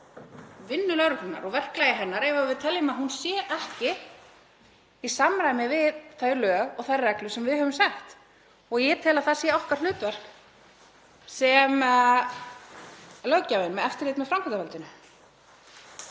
vinnu lögreglunnar og verklagi hennar ef við teljum að hún sé ekki í samræmi við þau lög og þær reglur sem við höfum sett. Ég tel að það sé okkar hlutverk sem löggjafa með eftirlit með framkvæmdarvaldinu.